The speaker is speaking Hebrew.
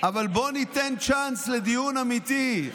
אבל בואו ניתן צ'אנס לדיון אמיתי,